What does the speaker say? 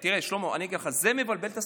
תראה, שלמה, אני אגיד לך, זה מבלבל את הסטטיסטיקה.